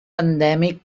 endèmic